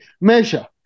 measure